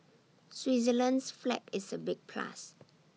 Switzerland's flag is A big plus